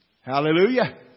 Hallelujah